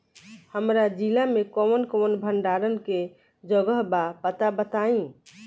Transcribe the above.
हमरा जिला मे कवन कवन भंडारन के जगहबा पता बताईं?